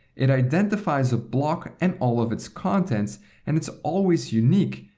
it identifies a block and all of its contents and it's always unique,